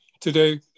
today